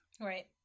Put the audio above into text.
Right